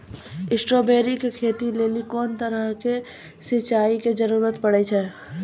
Strawberry के खेती लेली कोंन तरह के सिंचाई के जरूरी पड़े छै?